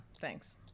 thanks